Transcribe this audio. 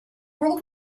world